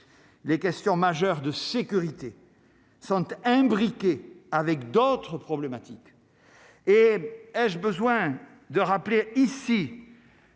les questions majeures de sécurité sont imbriqués avec d'autres problématiques et ai-je besoin de rappeler ici,